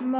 ଆମ